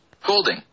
Holding